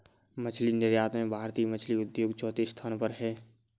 मछली निर्यात में भारतीय मछली उद्योग चौथे स्थान पर है